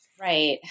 Right